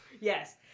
Yes